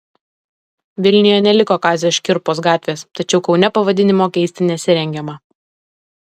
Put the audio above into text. vilniuje neliko kazio škirpos gatvės tačiau kaune pavadinimo keisti nesirengiama